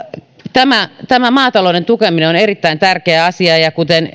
tämä tämä maatalouden tukeminen on erittäin tärkeä asia ja kuten